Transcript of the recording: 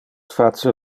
face